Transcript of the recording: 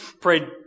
Pray